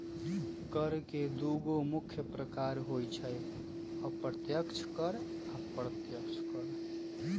कर के दुगो मुख्य प्रकार होइ छै अप्रत्यक्ष कर आ अप्रत्यक्ष कर